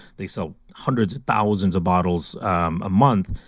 they sell hundreds of thousands of bottles um a month,